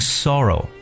sorrow